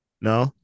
no